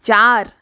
चार